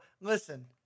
Listen